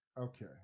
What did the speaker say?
Okay